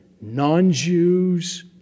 non-Jews